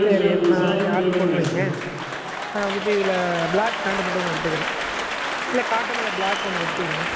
சரி அப்படின்னா இதை ஆட்ரு போட்டு வைங்க நான் வந்துட்டு இதில் ப்ளாக் ஃபேண்டு மட்டும் ஒன்று எடுத்துக்கிறேன் இல்லை காட்டனில் ப்ளாக் ஒன்று கொடுத்து விடுங்க